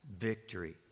victory